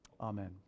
Amen